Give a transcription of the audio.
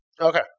okay